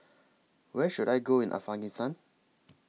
Where should I Go in Afghanistan